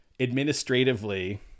administratively